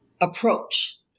approach